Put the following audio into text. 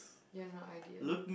you're not ideal